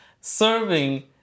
Serving